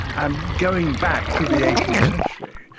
and going back to the eighteenth century.